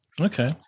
Okay